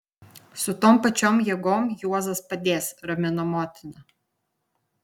su tom pačiom jėgom juozas padės ramino motina